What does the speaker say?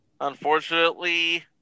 unfortunately